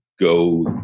go